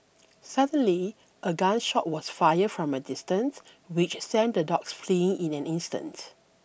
suddenly a gun shot was fired from a distance which sent the dogs fleeing in an instant